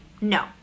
No